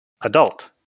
adult